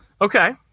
Okay